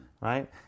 right